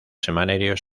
semanarios